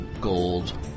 gold